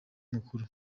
mukuru